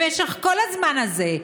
במשך כל הזמן הזה,